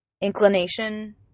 inclination